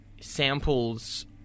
samples